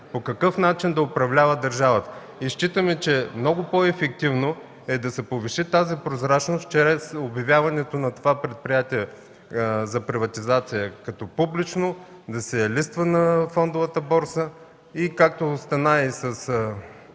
по какъв начин да управлява държавата. Считаме, че много по-ефективно е да се повиши тази прозрачност чрез обявяването на това предприятие за приватизация като публично, да се листва на фондовата борса и както стана с